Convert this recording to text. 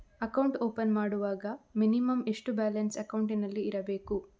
Account open ಮಾಡುವಾಗ minimum ಎಷ್ಟು balance ಅಕೌಂಟಿನಲ್ಲಿ ಇರಬೇಕು?